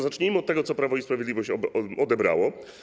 Zacznijmy od tego, co Prawo i Sprawiedliwość odebrało.